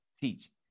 teach